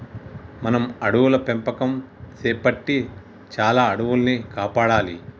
మనం అడవుల పెంపకం సేపట్టి చాలా అడవుల్ని కాపాడాలి